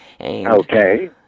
Okay